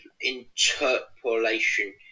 interpolation